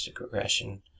regression